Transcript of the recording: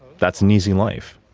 that's an easy life.